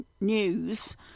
News